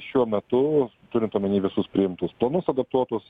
šiuo metu turint omeny visus priimtus planus adaptuotus